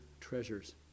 treasures